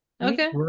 okay